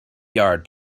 yard